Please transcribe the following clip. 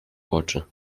oczy